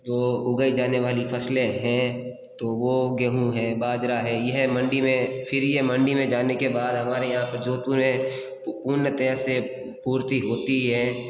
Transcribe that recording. जो उगाई जाने वाली फसलें हैं तो वो गेहूँ हैं बाजरा है यह मंडी में फिर ये मंडी में जाने के बाद हमारे यहाँ पे जोधपुर में पूर्णतः से पूर्ति होती है